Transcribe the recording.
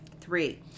three